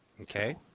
Okay